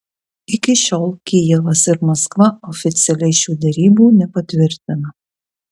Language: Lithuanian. iki šiol kijevas ir maskva oficialiai šių derybų nepatvirtina